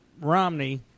Romney